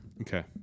Okay